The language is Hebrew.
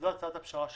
זאת הצעת הפשרה שלי.